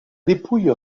dépouille